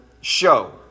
show